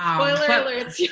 um spoiler alerts,